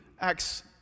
acts